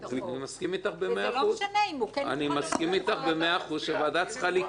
מסכים אתך במאה אחוז שהוועדה צריכה לקבוע.